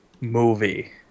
movie